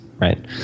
Right